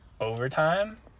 overtime